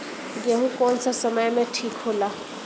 गेहू कौना समय मे ठिक होला?